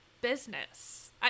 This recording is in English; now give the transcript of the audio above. business